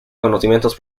conocimientos